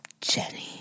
Jenny